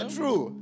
true